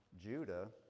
Judah